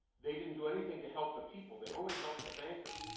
they didn't do anything to help the people. they only helped the bankers.